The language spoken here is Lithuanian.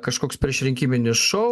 kažkoks priešrinkiminis šou